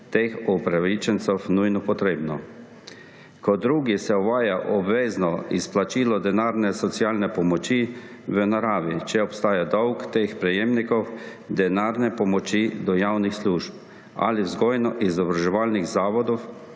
teh upravičencev nujno potrebno. Kot drugo se uvaja obvezno izplačilo denarne socialne pomoči v naravi, če obstaja dolg teh prejemnikov denarne pomoči do javnih služb ali vzgojno-izobraževalnih zavodov,